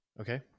Okay